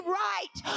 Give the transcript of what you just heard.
right